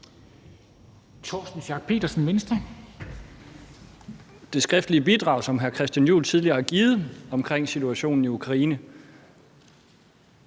Torsten Schack Pedersen (V): I det skriftlige bidrag, som hr. Christian Juhl tidligere har givet, om situationen i Ukraine,